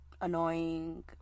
annoying